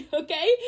okay